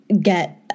get